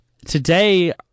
Today